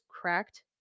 cracked